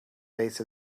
base